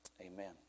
Amen